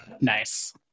Nice